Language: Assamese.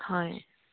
হয়